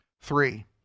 Three